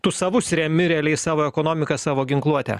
tu savus remi realiai savo ekonomiką savo ginkluotę